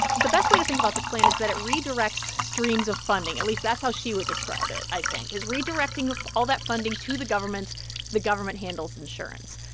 the best way to think about this plan is that it redirects streams of funding, at least that's how she would describe it, i think, is redirecting of all that funding to the government the government handles insurance.